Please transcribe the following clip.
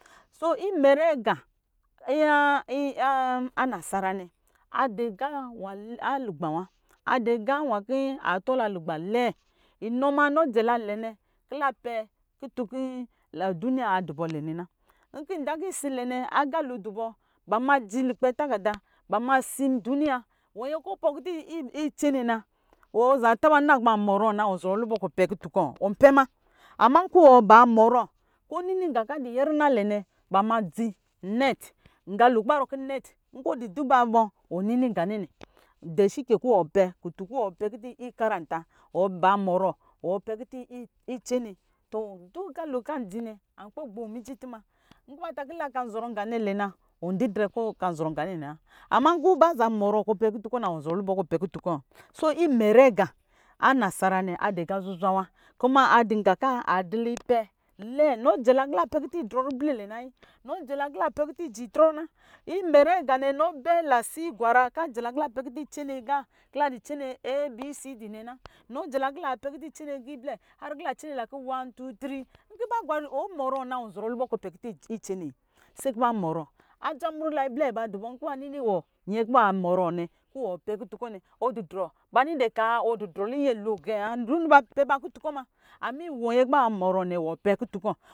So imɛrɛ aga ana sara nɛ adɔ aga alugba wa adɔ aga nwa kɔ atɔla lugba lɛɛ inɔ ma jɛla lɛ nɛ kɔ la pɛ kutun kɔ duniya adubɔ lɛnɛ na nkɔ idankɔ isilɛ nɛ agalo adubɔ ba ma dzi lukpɛ tagada ba ma dzi nduniya wɔ nyɛ kɔ ɔ pɔɔ kutu kɔ untsene na ɔ zataba na kɔ ba mɔrɔ na wɔnzɔrɔ lubɔ kɔ ɔ pɛ kutukɔ wɔnzantaba pɛkutu kɔ ma ama nkɔ ba mɔrɔ kɔ ɔnini nga kɔ ayɛrina lɛnɛ bama dzi nɛt nga lo kɔ ba rɔ kɔ nɛts wɔ nini nga ninɛ deshi ke kɔ wɔ pɛ kutun kɔ wɔn karanta bɔ wɔ pɛ kutu i- itsene tɔ dun aga lo ngbɛ gbo miji tɔma nkɔ bata kɔ kanzɔrɔ nga nɛ lɛ na tɔ wɔn kpɛ zɔrɔ tɔma ama nkɔ ba za mɔrɔ kɔ ɔpɛ kutu kɔ na wɔn zɔrɔ lubɔ kɔ ɔ pɛ kutu kɔ so imɛrɛ aga anasara nɛ adɔ aga zuzwa wa kuma adɔ nga kɔ a dula ipɛ lɛɛ nu jɛ la pɛ kutu idrɔ ribli lɛ nayi nɔjɛla kɔ la pɛ kutun kɔ la jɛ itrɔ na nganɛ jɛla kɔ la pɛ kutun ijɛ itrɔ na inɔ bɛ itsene nga kɔ la tsene a, b, c, d, nɛ na nɔjɛ la pɛ kutu itsene aga iblɛ kɔ la tsene nkɔ ɔmɔrɔ na ɔnzɔrɔ lubɔ kɔ ɔpɛ kutun itsene kɔ se kɔ ba mɔrɔ adza mru le iblɛ dubɔ nkɔ ba nini wɔ nyɛkɔ ba mɔrɔ nɛ kɔ wɔ pɛ kutunɛ ba nini dɛkaa wɔdu drɔ linyɛ lo gɛɛ wa domi bapɛ ba kutu kɔ ma ama iwɔ nyɛ kɔ ba mɔrɔ na wɔpɛ kutu kɔ